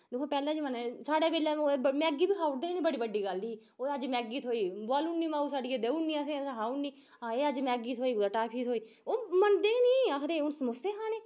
दिक्खो पैह्ले जमाने च साढ़े बेल्लै मोए मैगी बी खाई ओड़दे हे बड़ी बड्डी गल्ल ही होर अज्ज मैगी थ्होई बोआली ओड़नी मऊ साड़ियै देई ओड़नी असें खाई ओड़नी अहें अज्ज मैगी थ्होई कुदै टाफी थ्होई ओह् मन्नदे गै नि आखदे हून समोसे खाने